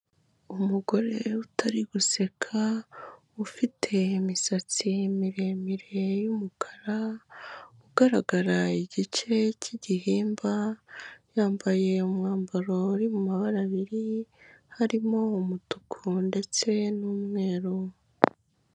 Umugore utari guseka ufite imisatsi miremire y'umukara ugaragara igice cy'igihimba yambaye umwambaro uri mu mabara abiri harimo umutuku, ndetse n'umweru.